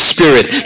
Spirit